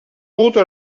route